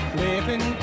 living